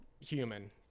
human